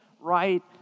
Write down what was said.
right